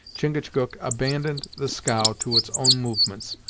chingachgook abandoned the scow to its own movements,